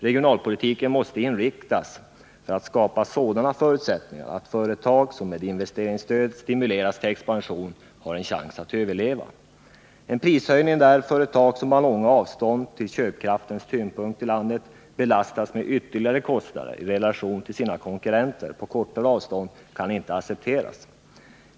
Regionalpolitiken måste inriktas på att skapa sådana förutsättningar att företag som med investeringsstöd stimuleras till expansion har en chans att överleva. En prishöjning som innebär att företag som har långa avstånd till köpkraftens tyngdpunkt i landet belastas med ytterligare kostnader, i relation till sina konkurrenter på korta avstånd, kan inte accepteras.